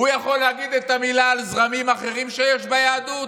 הוא יכול להגיד את המילה על זרמים אחרים שיש ביהדות?